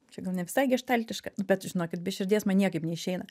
čia gal ne visai geštaltiška bet žinokit be širdies man niekaip neišeina